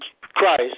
Christ